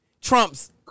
trumps